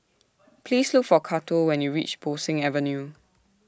Please Look For Cato when YOU REACH Bo Seng Avenue